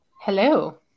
Hello